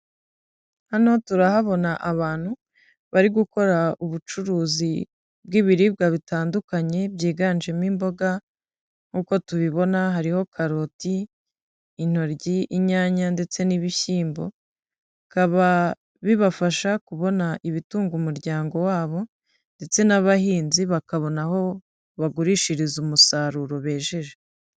Hano turahabona abantu bari gukora ubucuruzi bw'ibiribwa bitandukanye byiganjemo imboga, nkuko tubibona hariho karoti, intoryi, inyanya ndetse n'ibishyimbo, bikaba bibafasha kubona ibitunga umuryango wabo ndetse n'abahinzi bakabona aho bagurishiriza umusaruro bejeje.